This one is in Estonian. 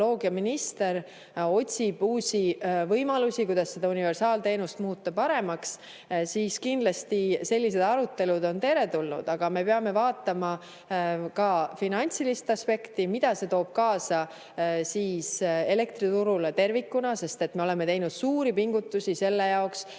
infotehnoloogiaminister otsib uusi võimalusi, kuidas seda universaalteenust muuta paremaks, siis kindlasti sellised arutelud on teretulnud. Aga me peame vaatama ka finantsilist aspekti, mida see elektriturule tervikuna kaasa toob. Me oleme teinud suuri pingutusi selle jaoks,